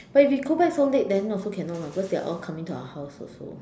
but if you go back so late then also cannot lah because they're all coming to our house also